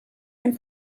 and